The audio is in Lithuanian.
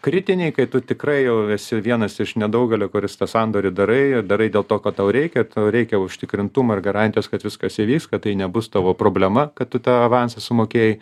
kritiniai kai tu tikrai jau esi vienas iš nedaugelio kuris tą sandorį darai darai dėl to kad tau reikia ir tau reikia užtikrintumo ir garantijos kad viskas įvyks kad tai nebus tavo problema kad tu tą avansą sumokėjai